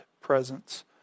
presence